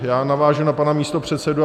Já navážu na pana místopředsedu.